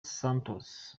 santos